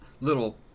little